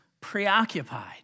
preoccupied